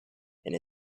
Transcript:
and